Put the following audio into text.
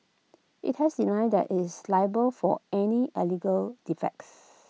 IT has denied that IT is liable for any A legal defects